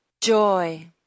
Joy